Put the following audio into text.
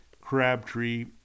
Crabtree